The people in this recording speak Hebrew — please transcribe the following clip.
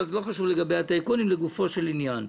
אז לא חשוב לגבי הטייקונים, לגופו של עניין.